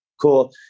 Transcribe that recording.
Cool